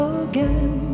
again